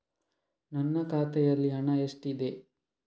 ನನ್ನ ಖಾತೆಯಲ್ಲಿ ಹಣ ಎಷ್ಟಿದೆ?